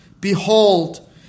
behold